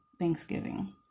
Thanksgiving